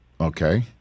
Okay